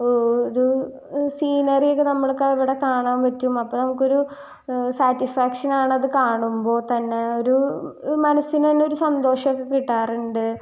ഒരു സീനറി ഒക്കെ നമുക്കവിടെ കാണാൻ പറ്റും അപ്പം നമുക്കൊരു സാറ്റിസ്ഫാക്ഷൻ ആണ് അത് കാണുമ്പോൾ തന്നെ ഒരു മനസ്സിന് തന്നെ ഒരു സന്തോഷമൊക്കെ കിട്ടാറുണ്ട്